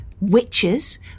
witches